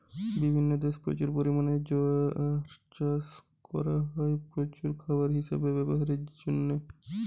বিভিন্ন দেশে প্রচুর পরিমাণে জোয়ার চাষ করা হয় পশুর খাবার হিসাবে ব্যভারের জিনে